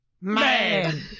man